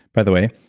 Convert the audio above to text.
by the way,